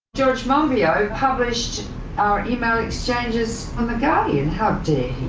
geoge monbiot published our email exchanges in the guardian. how